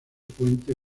puente